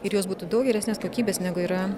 ir jos būtų daug geresnės kokybės negu yra